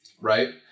right